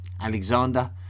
Alexander